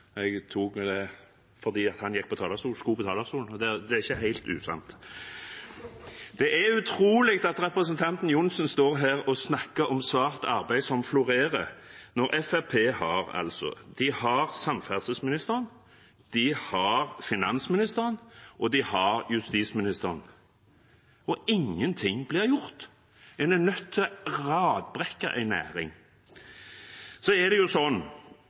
jeg gjorde det fordi han skulle på talerstolen. Det er ikke helt usant. Det er utrolig at representanten Johnsen står her og snakker om svart arbeid som florerer, når Fremskrittspartiet har samferdselsministeren, de har finansministeren og de har justisministeren – og ingenting blir gjort. Men er man nødt til å radbrekke en næring? Og det er sånn, Jegstad og Johnsen, at det